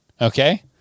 okay